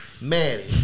Manny